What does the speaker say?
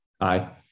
Aye